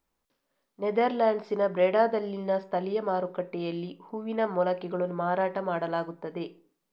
ನೆದರ್ಲ್ಯಾಂಡ್ಸಿನ ಬ್ರೆಡಾದಲ್ಲಿನ ಸ್ಥಳೀಯ ಮಾರುಕಟ್ಟೆಯಲ್ಲಿ ಹೂವಿನ ಮೊಳಕೆಗಳನ್ನು ಮಾರಾಟ ಮಾಡಲಾಗುತ್ತದೆ